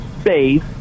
space